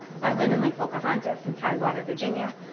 by women like pocahontas in tidewater, virginia,